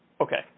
Okay